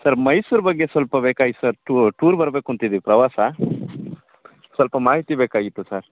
sir Mysuru ಬಗ್ಗೆ ಸ್ವಲ್ಪ ಬೇಕಾಗಿತ್ತು ಸರ್ ಟೂರ್ ಬರಬೇಕು ಅಂತಿದಿವಿ ಪ್ರವಾಸ ಸ್ವಲ್ಪ ಮಾಹಿತಿ ಬೇಕಾಗಿತ್ತು ಸರ್